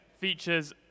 features